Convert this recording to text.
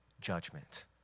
judgment